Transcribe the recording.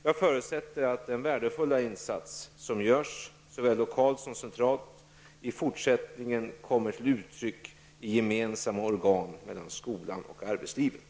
Jag förutsätter att den värdefulla insats som görs -- såväl lokalt som centralt -- i fortsättningen kommer till uttryck i gemensamma organ mellan skolan och arbetslivet.